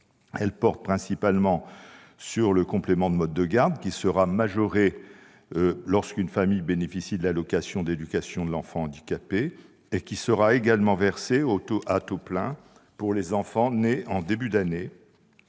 Elles portent principalement sur le complément de libre choix du mode de garde, qui sera majoré lorsqu'une famille bénéficie de l'allocation d'éducation de l'enfant handicapé et qui sera versé à taux plein pour les enfants nés en début d'année